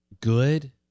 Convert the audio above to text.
good